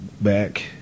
back